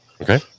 Okay